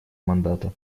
мандата